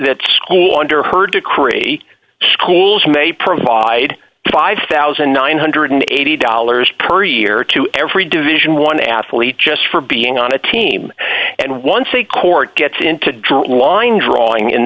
that school under her decree schools may provide five thousand nine hundred and eighty dollars per year to every division one athlete just for being on a team and once a court gets in to draw a line drawing in